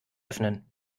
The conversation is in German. öffnen